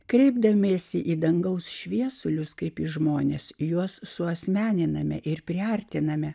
kreipdamiesi į dangaus šviesulius kaip į žmones juos suasmeniname ir priartiname